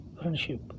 Friendship